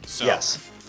Yes